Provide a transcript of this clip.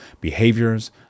behaviors